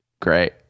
Great